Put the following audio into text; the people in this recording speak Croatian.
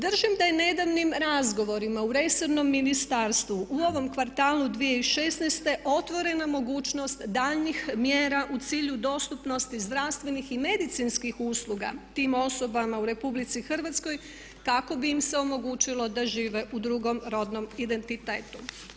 Držim da je nedavnim razgovorima u resornom ministarstvu u ovom kvartalu 2016.otvorena mogućnost daljnjih mjera u cilju dostupnosti zdravstvenih i medicinskih usluga tim osobama u RH kako bi im se omogućilo da žive u drugom rodnom identitetu.